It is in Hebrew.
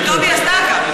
אם אני לא טועה,